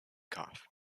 cough